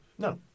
No